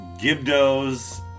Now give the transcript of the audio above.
Gibdos